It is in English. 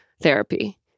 therapy